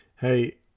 Hey